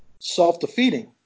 self-defeating